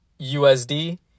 USD